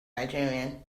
nigerian